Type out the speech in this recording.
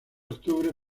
octubre